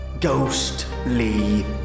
ghostly